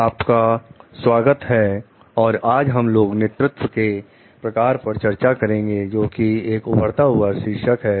आपका स्वागत है और आज हम लोग नेतृत्व के प्रकार पर चर्चा करेंगे जो कि उभरता हुआ शीर्षक है